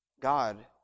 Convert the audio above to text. God